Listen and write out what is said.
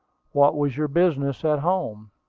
what was your business at home?